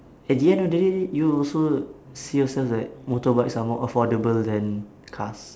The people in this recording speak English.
at the end of the day you also see yourself like motorbikes are more affordable than cars